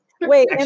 Wait